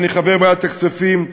ואני חבר ועדת הכספים,